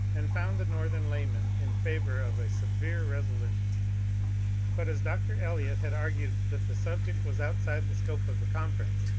and found the northern laymen in favour of a severe resolution but as dr. eliot had argued that the subject was outside the scope of the conference,